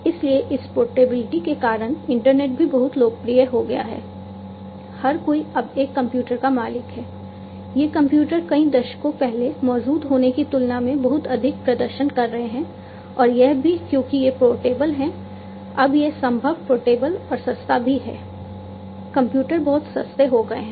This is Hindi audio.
इसलिए इस पोर्टेबिलिटी के कारण इंटरनेट भी बहुत लोकप्रिय हो गया है हर कोई अब एक कंप्यूटर का मालिक है ये कंप्यूटर कई दशकों पहले मौजूद होने की तुलना में बहुत अधिक प्रदर्शन कर रहे हैं और यह भी क्योंकि ये पोर्टेबल हैं अब यह संभव पोर्टेबल और सस्ता भी है कंप्यूटर बहुत सस्ते हो गए हैं